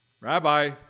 Rabbi